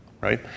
Right